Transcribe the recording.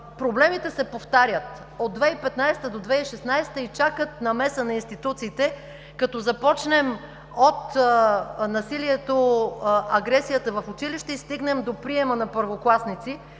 Проблемите се повтарят от 2015 до 2016 г. и чакат намеса на институциите, като започнем от насилието и агресията в училище и стигнем до приема на първокласниците.